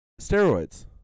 steroids